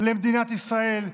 למדינת ישראל,